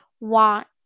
want